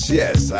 yes